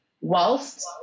whilst